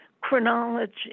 chronology